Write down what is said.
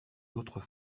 d’autres